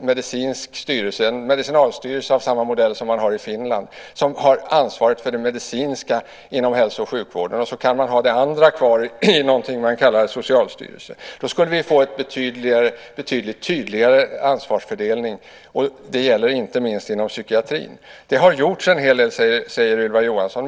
medicinsk styrelse - en medicinalstyrelse av samma modell som man har i Finland - som har ansvaret för det medicinska inom hälso och sjukvården. Sedan kan man ha det andra kvar i någonting som man kallar för en socialstyrelse. Då skulle man få en betydligt tydligare ansvarsfördelning. Det gäller inte minst inom psykiatrin. Det har gjorts en hel del, säger Ylva Johansson.